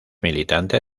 militante